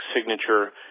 signature